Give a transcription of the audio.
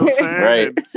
Right